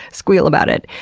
squeal about it.